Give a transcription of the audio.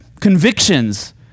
convictions